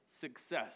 success